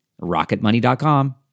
Rocketmoney.com